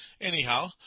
Anyhow